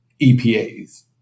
EPAs